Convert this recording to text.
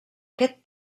aquest